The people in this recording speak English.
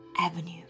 avenue